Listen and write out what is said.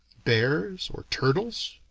bears or turtles?